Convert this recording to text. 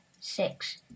six